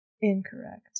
Incorrect